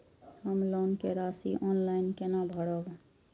हम लोन के राशि ऑनलाइन केना भरब?